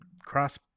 cross